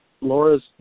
Laura's